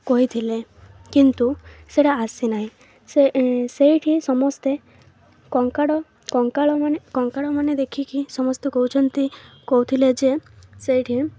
କହିଥିଲେ କିନ୍ତୁ ସେଇଟା ଆସିନାହିଁ ସେ ସେଇଠି ସମସ୍ତେ କଙ୍କାଳମାନେ ଦେଖିକି ସମସ୍ତେ କହୁଛନ୍ତି କହୁଥିଲେ ଯେ ସେଇଠି